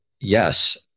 yes